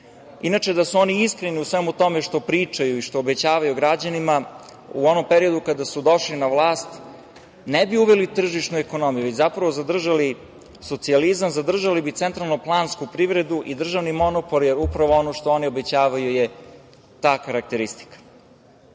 da su oni iskreni u svemu tome što pričaju i što obećavaju građanima u onom periodu kada su došli na vlast ne bi uveli tržišnu ekonomiju i zapravo, zadržali socijalizam, zadržali bi centralno-plansku privredu i državni monopol, upravo ono što oni obećavaju, je ta karakteristika. Kad